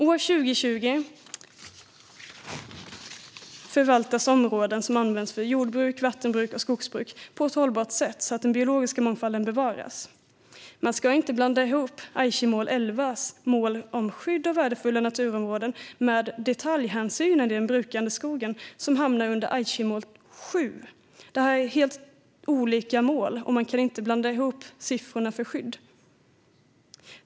År 2020 ska områden som används för jordbruk, vattenbruk och skogsbruk förvaltas på ett hållbart sätt så att den biologiska mångfalden bevaras. Man ska inte blanda ihop Aichimål 11:s mål om skydd av värdefulla naturområden med detaljhänsynen i den brukade skogen som hamnar under Aichimål 7. Det är helt olika mål, och man kan inte blanda ihop siffrorna för skydd.